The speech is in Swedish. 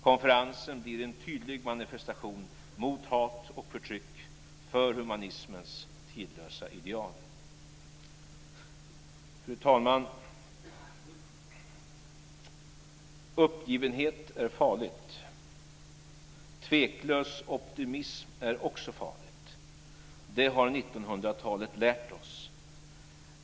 Konferensen blir en tydlig manifestation mot hat och förtryck, för humanismens tidlösa ideal. Fru talman! "Uppgivenhet är farligt. Tveklös optimism är också farligt; det har 1900-talet lärt oss.